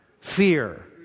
Fear